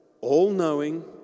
all-knowing